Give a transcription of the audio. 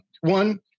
One